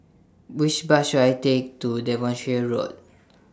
Which Bus should I Take to Devonshire Road